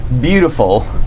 Beautiful